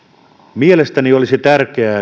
mielestäni olisi tärkeää